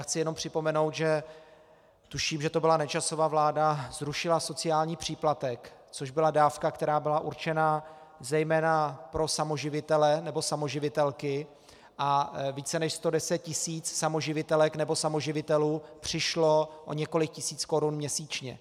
Chci jenom připomenout, že to byla tuším Nečasova vláda, která zrušila sociální příplatek, což byla dávka, která byla určena zejména pro samoživitele nebo samoživitelky, a více než 110 tisíc samoživitelek nebo samoživitelů přišlo o několik tisíc korun měsíčně.